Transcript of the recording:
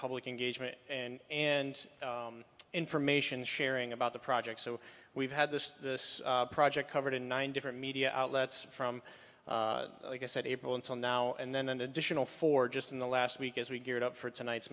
public engagement and and information sharing about the project so we've had this project covered in nine different media outlets from i guess at april until now and then an additional four just in the last week as we geared up for tonight's